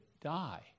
die